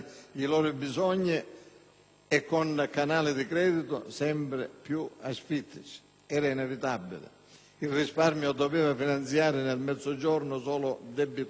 e con canali di credito sempre più asfittici. Era inevitabile. Il risparmio doveva finanziare nel Mezzogiorno solo debitori affidabili.